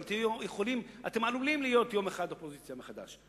גם אתם עלולים להיות יום אחד אופוזיציה מחדש.